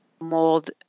mold